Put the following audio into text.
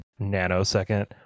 nanosecond